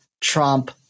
Trump